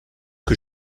que